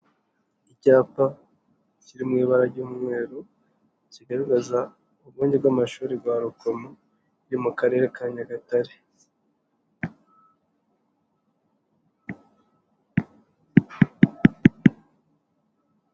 Icyapa kiri mu ibara ry'umweru kigaragaza urwunge rw'amashuri rwa rukomo yo mu karere ka Nyagatare.